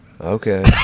Okay